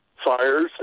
fires